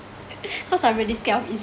cause I really scared of insects